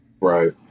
right